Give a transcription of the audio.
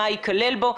מה ייכלל בו,